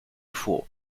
fourreau